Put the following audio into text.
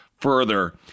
further